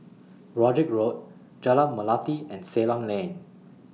Road Jack Road Jalan Melati and Ceylon Lane